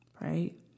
Right